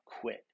quit